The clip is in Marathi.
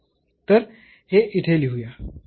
तर हे येथे लिहुया